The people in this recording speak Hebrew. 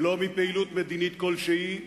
ולא מפעילות מדינית כלשהי,